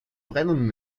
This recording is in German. brennen